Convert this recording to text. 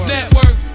Network